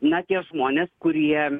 na tie žmonės kurie